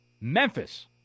Memphis